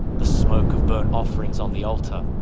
the smoke of burn offerings on the altar,